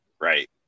right